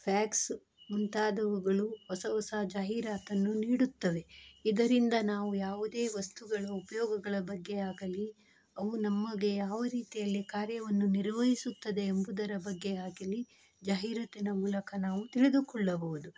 fax ಮುಂತಾದವುಗಳು ಹೊಸ ಹೊಸ ಜಾಹೀರಾತನ್ನು ನೀಡುತ್ತವೆ ಇದರಿಂದ ನಾವು ಯಾವುದೇ ವಸ್ತುಗಳು ಉಪಯೋಗಗಳ ಬಗ್ಗೆ ಆಗಲಿ ಅವು ನಮಗೆ ಯಾವ ರೀತಿಯಾಗಿ ಕಾರ್ಯವನ್ನು ನಿರ್ವಹಿಸುತ್ತದೆ ಎಂಬುದರ ಬಗ್ಗೆ ಆಗಲಿ ಜಾಹೀರಾತಿನ ಮೂಲಕ ನಾವು ತಿಳಿದುಕೊಳ್ಳಬಹುದು